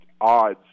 odds